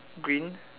green